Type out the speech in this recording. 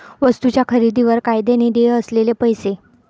वस्तूंच्या खरेदीवर कायद्याने देय असलेले पैसे